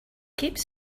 keeps